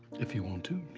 if you want to,